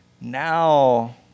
now